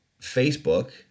Facebook